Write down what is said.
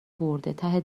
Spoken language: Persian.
برده، ته